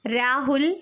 Rahul